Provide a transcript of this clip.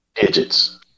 digits